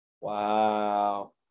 Wow